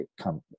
come